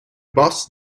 boss